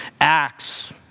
acts